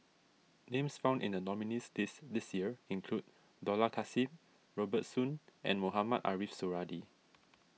names found in the nominees' list this year include Dollah Kassim Robert Soon and Mohamed Ariff Suradi